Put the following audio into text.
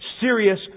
serious